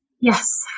yes